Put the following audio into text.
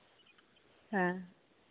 ᱦᱮᱸ